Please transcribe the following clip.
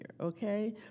Okay